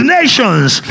nations